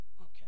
Okay